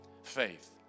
faith